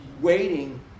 waiting